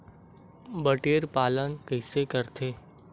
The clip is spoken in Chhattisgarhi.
बटेर पालन कइसे करथे?